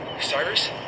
Cyrus